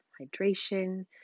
hydration